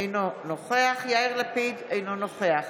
אינו נוכח יאיר לפיד, אינו נוכח